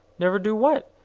never do what?